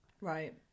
right